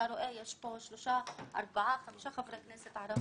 אתה רואה, יש פה חמישה חברי כנסת ערבים.